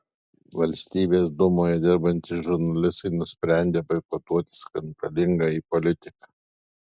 valstybės dūmoje dirbantys žurnalistai nusprendė boikotuoti skandalingąjį politiką